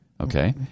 okay